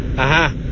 Aha